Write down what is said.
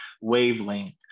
wavelength